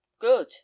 good